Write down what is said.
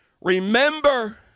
remember